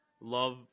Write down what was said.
love